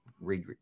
read